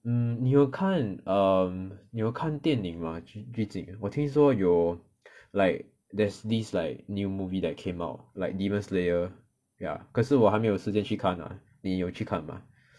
mm 你有看 um 你有看电影吗最近我听说有 like there's this like new movie that came out like demon slayer ya 可是我还没有时间去看你有去看吗